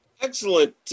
Excellent